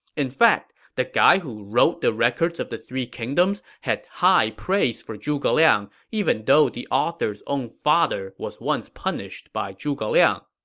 in fact, the guy who wrote the records of the three kingdoms had high praise for zhuge liang even though the author's own father was once punished by zhuge liang